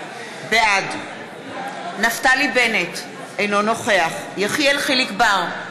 בעד נפתלי בנט, אינו נוכח יחיאל חיליק בר,